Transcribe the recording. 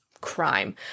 crime